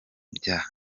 bya